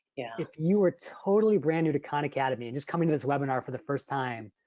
if you were totally brand new to khan academy and just coming to this webinar for the first time.